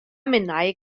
minnau